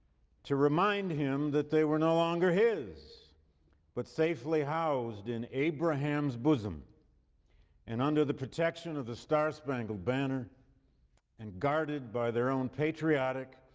to remind him that they were not longer his but safely housed in abraham's bosom and under the protection of the star spangled banner and guarded by their own patriotic,